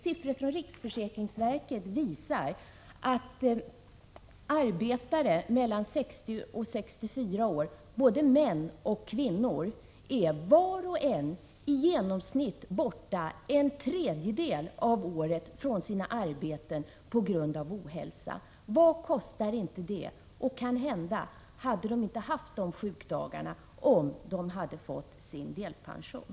Siffror från riksförsäkringsverket visar att arbetare i åldrarna 60-64 år, både män och kvinnor, på grund av ohälsa är borta i genomsnitt en tredjedel av året från sina arbeten. Vad kostar inte det? Kanhända hade de inte haft dessa sjukdagar om de hade fått sin delpension.